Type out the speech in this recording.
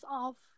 off